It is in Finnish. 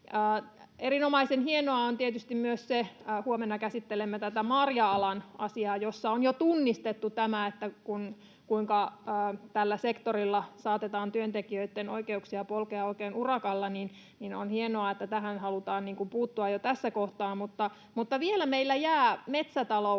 hienoa on tietysti myös se — huomenna käsittelemme tätä marja-alan asiaa, jossa on jo tunnistettu, kuinka tällä sektorilla saatetaan työntekijöitten oikeuksia polkea oikein urakalla — että tähän halutaan puuttua jo tässä kohtaa. Mutta vielä meillä jää metsätalous